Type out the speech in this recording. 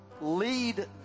Lead